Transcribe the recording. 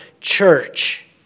church